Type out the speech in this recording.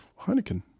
Heineken